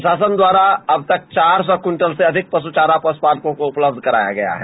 प्रशासन द्वारा अब तक चार सौ क्विंटल से अधिक पशु चारा पशुपालकों को उपलब्ध कराया गया है